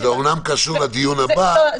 זה אומנם קשור לדיון הבא,